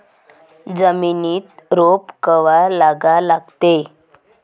जमिनीत रोप कवा लागा लागते?